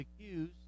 accused